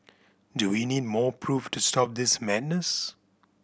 do we need more proof to stop this madness